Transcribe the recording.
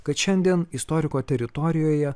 kad šiandien istoriko teritorijoje